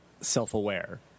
self-aware